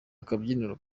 akabyiniro